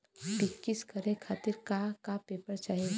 पिक्कस करे खातिर का का पेपर चाही?